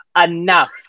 Enough